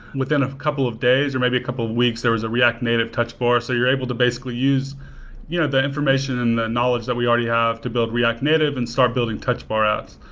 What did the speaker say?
within a couple of days or maybe a couple of weeks, there is a react native touch bar, so you're able to basically use yeah the information and the knowledge that we already have to build react native and start building touch bar outs.